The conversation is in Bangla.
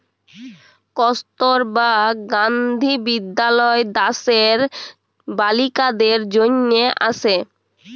কস্তুরবা গান্ধী বিদ্যালয় দ্যাশের বালিকাদের জনহে আসে